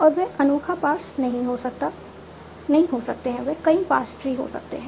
और वे अनोखा पार्स नहीं हो सकते हैं वे कई पार्स ट्री हो सकते हैं